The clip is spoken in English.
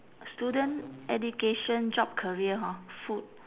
student education job career hor food